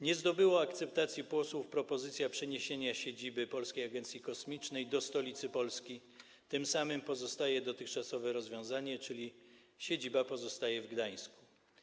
Nie zdobyła akceptacji posłów propozycja przeniesienia siedziby Polskiej Agencji Kosmicznej do stolicy Polski, tym samym pozostaje dotychczasowe rozwiązanie, czyli siedziba pozostaje w Gdańsku.